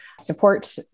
support